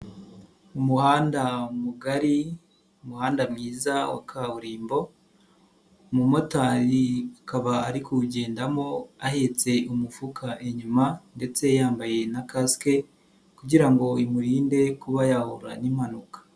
Umuhanda mugari, umuhanda mwiza wa kaburimbo, umumotari akaba ari kuwugendamo ahetse umufuka inyuma ndetse yambaye na kasike kugira ngo imurinde kuba yahura n'impanuka.